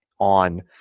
on